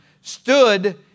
stood